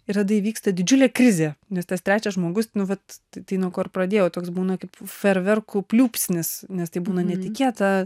ir tada įvyksta didžiulė krizė nes tas trečias žmogus nu vat tai nuo ko ir pradėjau toks būna kaip fejerverkų pliūpsnis nes tai būna netikėta